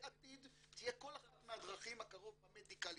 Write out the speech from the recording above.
בעתיד תהיה כל אחת מהדרכים במדיקליזציה